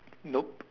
nope